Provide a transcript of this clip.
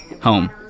home